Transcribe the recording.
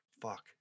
fuck